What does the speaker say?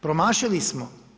Promašili smo.